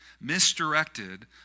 misdirected